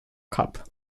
cup